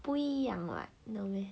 不一样 [what] no meh